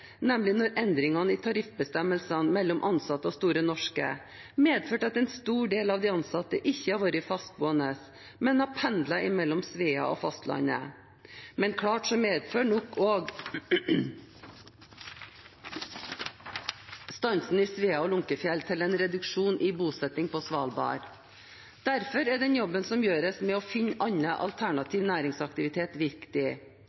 nemlig da endringene i tariffbestemmelsene mellom ansatte og Store Norske medførte at en stor del av de ansatte ikke har vært fastboende, men har pendlet mellom Svea og fastlandet. Men det er klart at stansen i Svea/Lunckefjell nok også medfører en reduksjon i bosetting på Svalbard. Derfor er den jobben som gjøres med å finne